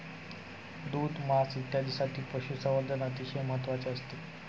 दूध, मांस इत्यादींसाठी पशुसंवर्धन अतिशय महत्त्वाचे असते